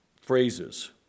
phrases